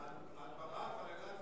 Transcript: אחרת היה אומר: ייגמר.